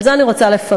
על זה אני רוצה לפרט.